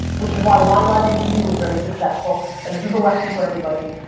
which is why wine library tv was very successful. and this is the lesson for everybody.